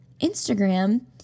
Instagram